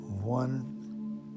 one